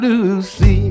Lucy